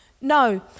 No